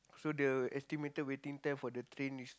so their estimated waiting time for the train is